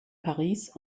paris